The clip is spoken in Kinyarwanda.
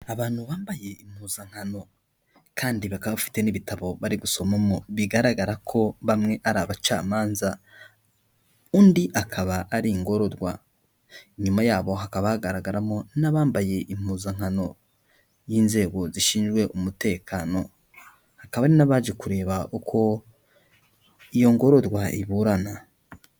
Abantu bambaye impuzankano kandi bakaba bafite n'ibitabo bari gusomamo bigaragara ko bamwe ari abacamanza, undi akaba ari ingororwa, inyuma y'abo hakaba hagaragaramo n'abambaye impuzankano y'inzego zishinzwe umutekano, hakaba hari n'abaje kureba uko iyo ngororwa iburana.